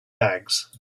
bags